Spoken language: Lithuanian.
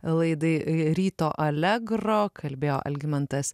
laidai ryto alegro kalbėjo algimantas